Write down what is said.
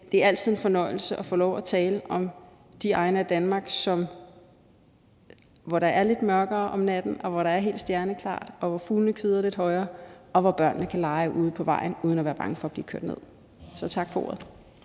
det er altid en fornøjelse at få lov at tale om de egne af Danmark, hvor der er lidt mørkere om natten, hvor der er helt stjerneklart, hvor fuglene kvidrer lidt højere, og hvor børnene kan lege ude på vejen uden at være bange for at blive kørt ned. Tak for ordet.